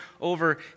over